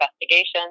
investigations